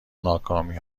ناکامی